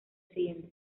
siguiente